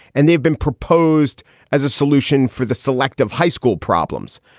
and they've been proposed as a solution for the selective high school problems.